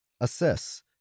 assess